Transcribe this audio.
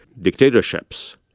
dictatorships